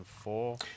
four